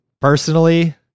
Personally